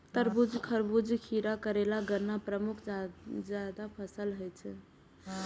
तरबूज, खरबूजा, खीरा, करेला, गन्ना प्रमुख जायद फसल होइ छै